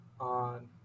on